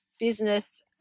business